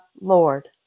Lord